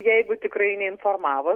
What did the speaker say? jeigu tikrai neinformavo